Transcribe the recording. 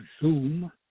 Zoom